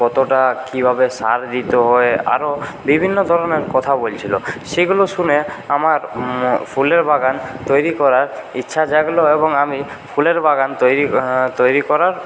কতটা কী ভাবে সার দিতে হয় আরো বিভিন্ন ধরনের কথা বলছিল যেগুলো শুনে আমার ফুলের বাগান তৈরি করা ইচ্ছা জাগল এবং আমি ফুলের বাগান তৈরি তৈরি করার